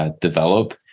develop